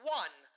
one